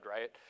right